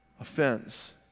offense